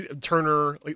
Turner